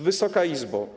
Wysoka Izbo!